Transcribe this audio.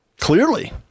Clearly